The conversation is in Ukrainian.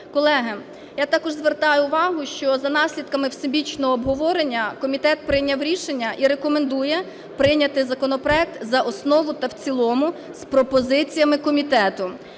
Колеги, я також звертаю увагу, що за наслідками всебічного обговорення комітет прийняв рішення і рекомендує прийняти законопроект за основу та в цілому з пропозиціями комітету.